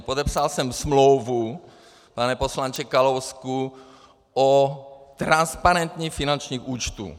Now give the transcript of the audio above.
Podepsal jsem smlouvu, pane poslanče Kalousku, o transparentním finančním účtu.